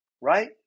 right